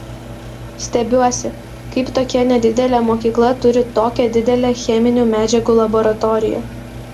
stebiuosi kaip tokia nedidelė mokykla turi tokią didelę cheminių medžiagų laboratoriją